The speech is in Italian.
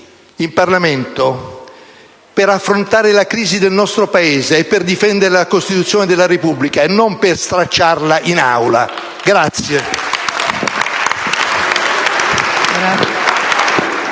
eletti per affrontare la crisi del nostro Paese e per difendere la Costituzione della Repubblica e non per stracciarla in Aula.